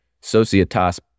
societas